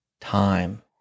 time